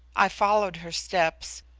i followed her steps,